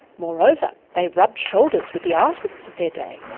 moreover, they rubbed shoulders with the artists of their day,